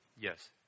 Yes